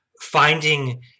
finding